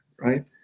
right